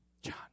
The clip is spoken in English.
John